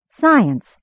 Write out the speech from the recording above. Science